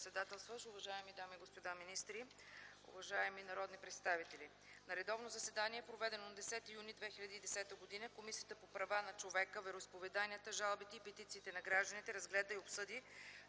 уважаеми дами и господа министри, уважаеми народни представители! „На редовно заседание, проведено на 10 юни 2010 г., Комисията по правата на човека, вероизповеданията, жалбите и петициите на гражданите разгледа и обсъди